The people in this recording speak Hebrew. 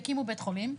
יקימו בית חולים,